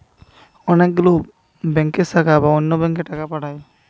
অনেক গুলো ব্যাংকের শাখা বা অন্য ব্যাংকে টাকা পাঠায়